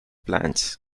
plants